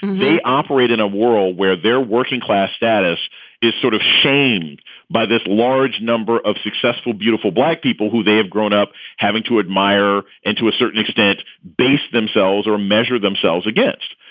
they operate in a world where their working class status is sort of shamed by this large number of successful, beautiful black people who they have grown up having to admire and to a certain extent based themselves or measure themselves against.